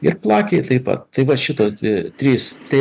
ir plakiai taip pat tai va šitas dvi trys tai